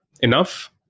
enough